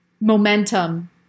momentum